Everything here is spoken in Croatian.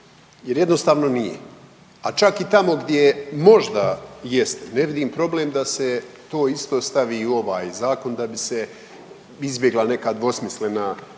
jer jednostavno nije, a čak i tamo gdje možda jest ne vidim problem da se to isto stavi i u ovaj zakon da bi se izbjegla neka dvosmislena tumačenja.